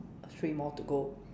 three more to go